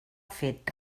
fet